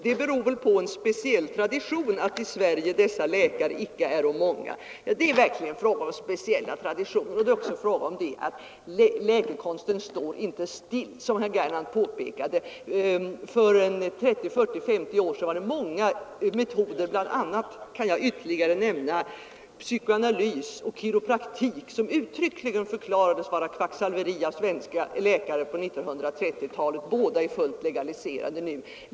Det beror väl på en speciell tradition att i Sverige dessa läkare icke äro många.” Det är verkligen fråga om speciella traditioner, och det är också fråga om att läkekonsten, såsom herr Gernandt påpekade, inte står stilla. För 30-40-50 år sedan fanns det många metoder — bl.a. kan jag ytterligare nämna psykoanalys och kiropraktik — som uttryckligen förklarades vara kvacksalveri av svenska läkare på 1930-talet, men båda är fullt legaliserade nu.